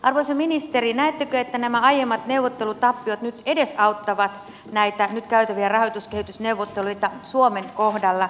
arvoisa ministeri näettekö että aiemmat neuvottelutappiot nyt edesauttavat näitä nyt käytäviä rahoituskehitysneuvotteluja suomen kohdalla